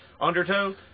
Undertow